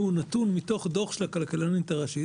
הוא נתון מתוך דוח של הכלכלנית הראשית